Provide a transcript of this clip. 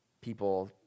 people